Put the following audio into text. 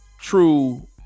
true